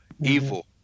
Evil